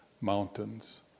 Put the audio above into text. Mountains